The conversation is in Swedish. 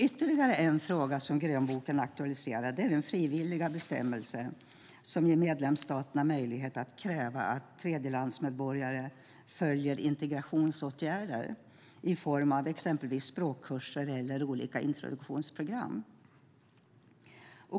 Ytterligare en fråga som grönboken aktualiserar är den frivilliga bestämmelse som ger medlemsstaterna möjlighet att kräva att tredjelandsmedborgare följer integrationsåtgärder i form av exempelvis språkkurser och olika introduktionsprogram.